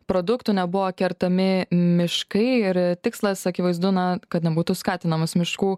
produktų nebuvo kertami miškai ir tikslas akivaizdu na kad nebūtų skatinamas miškų